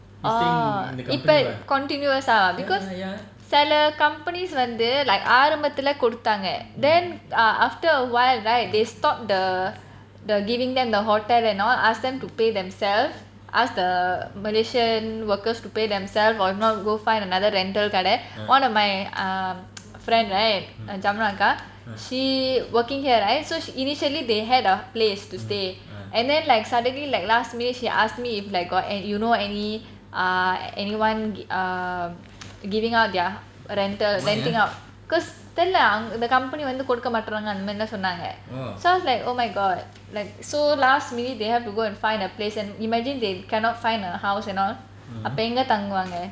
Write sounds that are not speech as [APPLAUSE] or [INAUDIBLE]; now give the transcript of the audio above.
oh இப்ப:ippa continuous ah because சில:sila companies வந்து:vanthu like ஆரம்பத்துல கொடுத்தாங்க:arambathula koduthaanga then after a while right they stop the the giving them the hotel and all ask them to pay themself ask the malaysian workers to pay themself or if not go find another rental கடை:kadai one of my um [NOISE] friend right Jamuna அக்கா:jamuna akka she working here right so she initially they had a place to stay and then like suddenly like last minute she ask me if got you know any err anyone err giving out their rental renting out cause தெரில:therila the company வந்து கொடுக்க மாட்டேங்குறாங்க அந்த மாதிரி தான் சொன்னாங்க:vanthu koduka matenguraanga antha maathiri thaan sonnanga so I was like oh my god like so last minute they have to go and find a place and imagine they cannot find a house and all அப்போ எங்க தாங்குவாங்க:apo enga thanguvaanga